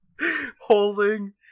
holding